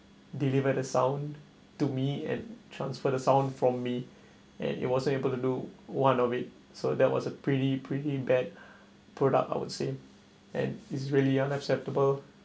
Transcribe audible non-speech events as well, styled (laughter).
delivered the sound to me and transfer the sound from me and it wasn't able to do one of it so that was a pretty pretty bad (breath) product I would say and it's really unacceptable